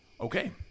Okay